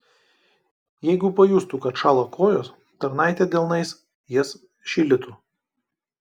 jeigu pajustų kad šąla kojos tarnaitė delnais jas šildytų